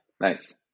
nice